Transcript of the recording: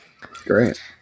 Great